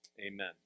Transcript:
Amen